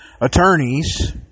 attorneys